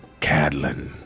Cadlin